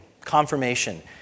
confirmation